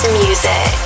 music